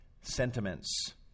sentiments